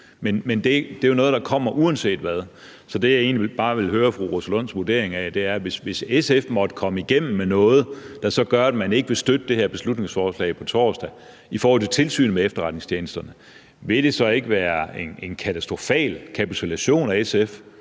Men det er jo noget, der kommer uanset hvad. Så det, jeg egentlig bare ville høre fru Rosa Lunds vurdering af, er, at hvis SF måtte komme igennem med noget, der så gør, at man ikke vil støtte det her beslutningsforslag på torsdag i forhold til tilsynet med efterretningstjenesterne, vil det så ikke være en katastrofal kapitulation fra